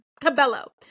cabello